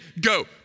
go